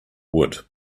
wood